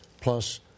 plus